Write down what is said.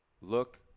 look